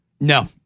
No